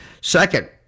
Second